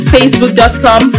Facebook.com